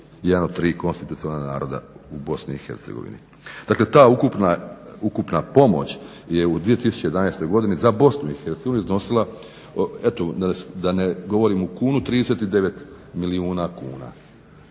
jedan od tri konstitucionalna naroda u Bosni i Hercegovini. Dakle, ta ukupna pomoć je u 2011. godini za Bosnu i Hercegovinu iznosila, eto da ne govorim u kunu 39 milijuna kuna.